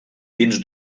dins